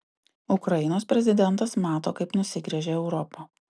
ukrainos prezidentas mato kaip nusigręžia europa